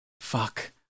Fuck